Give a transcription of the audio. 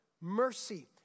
mercy